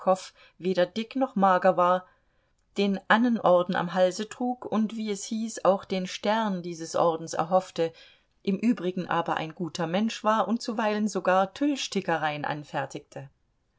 weder dick noch mager war den annenorden am halse trug und wie es hieß auch den stern dieses ordens erhoffte im übrigen aber ein guter mensch war und zuweilen sogar tüllstickereien anfertigte